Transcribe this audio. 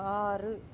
ஆறு